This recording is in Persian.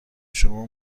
شما